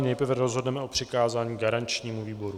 Nejprve rozhodneme o přikázání garančnímu výboru.